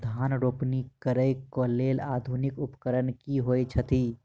धान रोपनी करै कऽ लेल आधुनिक उपकरण की होइ छथि?